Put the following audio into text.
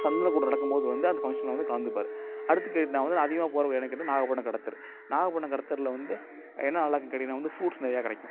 சந்தன கூடு நடக்கும் போது வந்து அந்த ஃபங்க்ஷனில் வந்து கலந்துப்பார் அடுத்து கேட்டிங்கன்னா வந்து அதிகமாக போகிறது மெனக்கெட்டு நாகப்பட்னம் கடைத்தெரு நாகப்பட்னம் கடைத் தெருவில் வந்து என்னா நல்லாருக்கு கேட்டிங்கனா வந்து ஃப்ரூட்ஸ் நிறையா கிடைக்கும்